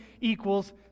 equals